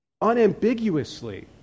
Unambiguously